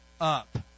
up